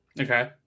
Okay